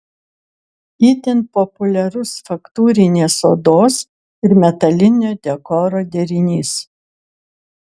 itin populiarus faktūrinės odos ir metalinio dekoro derinys